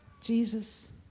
Jesus